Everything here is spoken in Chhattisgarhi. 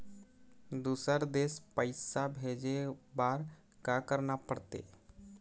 दुसर देश पैसा भेजे बार का करना पड़ते?